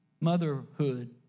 Motherhood